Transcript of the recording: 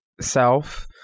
self